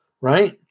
Right